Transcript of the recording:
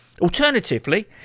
Alternatively